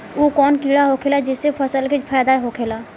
उ कौन कीड़ा होखेला जेसे फसल के फ़ायदा होखे ला?